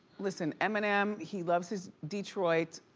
listen, eminem, he loves his detroit.